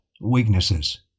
weaknesses